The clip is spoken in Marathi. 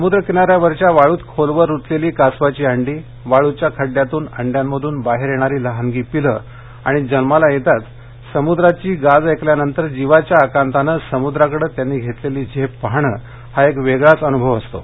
समुद्रकिनाऱ्यावरच्या वाळत खोलवर रुतलेली कासवाची अंडी वाळच्या खड्ड्यातून अंड्यांमधून बाहेर येणारी लहानगी पिलं आणि जन्माला येताच समुद्राची गाज ऐकल्यानंतर जिवाच्या आकांतानं समुद्राकडे त्यांनी घेतलेली झेप पाहणं हा एक वेगळाच अनुभव असतो